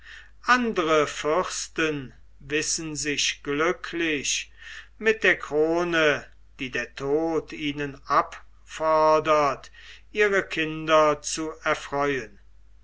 andere fürsten wissen sich glücklich mit der krone die der tod ihnen abfordert ihre kinder zu erfreuen